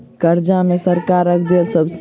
कर्जा मे सरकारक देल सब्सिडी की होइत छैक?